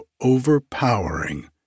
overpowering